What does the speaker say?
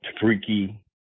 freaky